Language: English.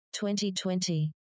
2020